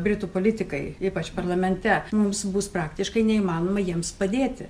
britų politikai ypač parlamente mums bus praktiškai neįmanoma jiems padėti